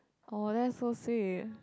oh that's so sweet